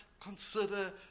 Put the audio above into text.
consider